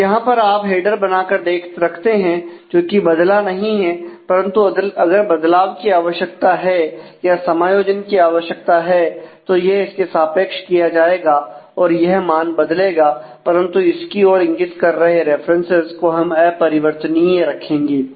तो यहां पर आप हैडर बनाकर रखते हैं जो कि बदला नहीं है परंतु अगर बदलाव की आवश्यकता है या समायोजन की आवश्यकता है तो यह इसके सापेक्ष किया जाएगा और यह मान बदलेगा परंतु इसकी ओर इंगित कर रहे रेफरेंसेस को हम अपरिवर्तनीय रखेंगें